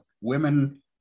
women